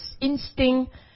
instinct